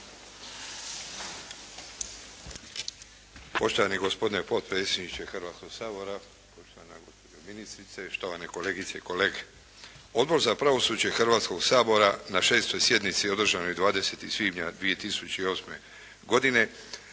Poštovani gospodine potpredsjedniče Hrvatskog sabora, poštovana gospođo ministrice, štovane kolegice i kolege. Odbor za pravosuđe Hrvatskog sabora na 6. sjednici održanoj 20. svibnja 2008. godine